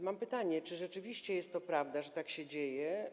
Mam pytanie: Czy rzeczywiście jest to prawda, że tak się dzieje?